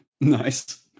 Nice